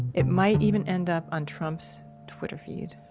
it might even end up on trump's twitter feed